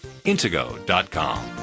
intego.com